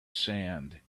sand